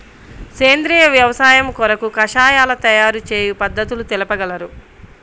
సేంద్రియ వ్యవసాయము కొరకు కషాయాల తయారు చేయు పద్ధతులు తెలుపగలరు?